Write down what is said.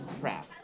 crap